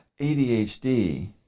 ADHD